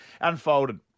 unfolded